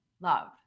love